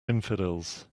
infidels